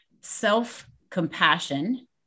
self-compassion